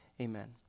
amen